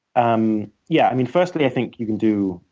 um yeah. i mean, firstly, i think you can do,